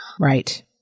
Right